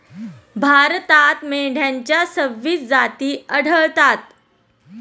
भारतात मेंढ्यांच्या सव्वीस जाती आढळतात